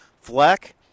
Fleck